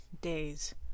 days